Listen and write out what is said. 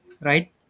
right